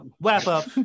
wrap-up